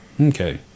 okay